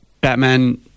Batman